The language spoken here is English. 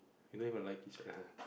they don't even like each other